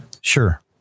Sure